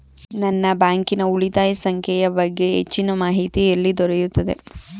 ನನ್ನ ಬ್ಯಾಂಕಿನ ಉಳಿತಾಯ ಸಂಖ್ಯೆಯ ಬಗ್ಗೆ ಹೆಚ್ಚಿನ ಮಾಹಿತಿ ಎಲ್ಲಿ ದೊರೆಯುತ್ತದೆ?